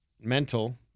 mental